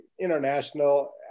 international